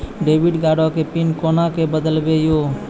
Debit card के pin कोना के बदलबै यो?